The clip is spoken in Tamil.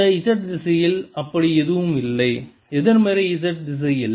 இந்த z திசையில் அப்படி எதுவும் இல்லை எதிர்மறை z திசையில்